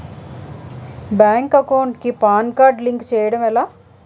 Bank account కి PAN card link చేయడం ఎలా?